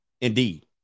indeed